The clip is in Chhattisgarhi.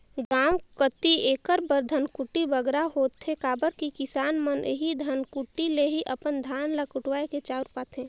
गाँव कती एकर बर धनकुट्टी बगरा होथे काबर कि किसान मन एही धनकुट्टी ले ही अपन धान ल कुटवाए के चाँउर पाथें